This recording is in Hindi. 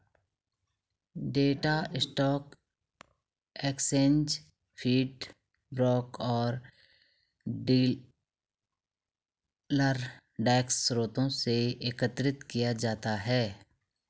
data stock exchange feed, broker और डीलर डेस्क स्रोतों से एकत्र किया जाता है